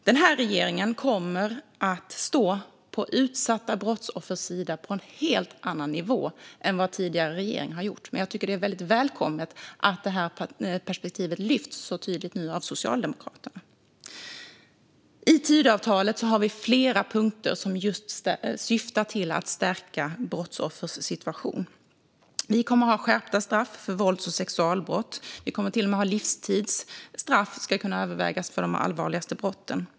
Den här regeringen kommer att stå på utsatta brottsoffers sida på en helt annan nivå än vad tidigare regering har gjort, men jag tycker att det är väldigt välkommet att det här perspektivet nu lyfts fram så tydligt av Socialdemokraterna. I Tidöavtalet har vi flera punkter som syftar till att stärka brottsoffers situation. Det blir skärpta straff för vålds och sexualbrott, och livstidsstraff ska till och med kunna övervägas för de allvarligaste brotten.